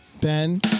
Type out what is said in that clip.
Ben